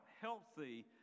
healthy